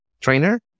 trainer